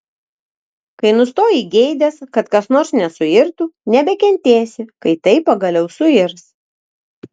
kai nustoji geidęs kad kas nors nesuirtų nebekentėsi kai tai pagaliau suirs